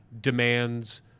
demands